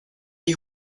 die